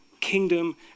kingdom